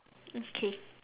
okay